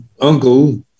uncle